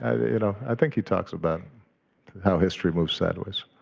and you know i think he talks about how history moves sideways.